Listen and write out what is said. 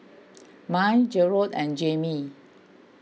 Mai Jerrod and Jamey